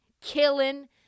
killing